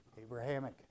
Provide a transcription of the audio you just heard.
Abrahamic